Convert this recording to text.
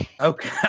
Okay